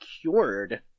cured